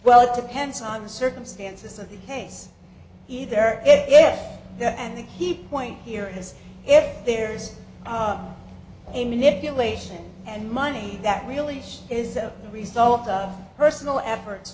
well it depends on the circumstances of the case either it and the key point here is if there's a manipulation and money that really is a result of personal efforts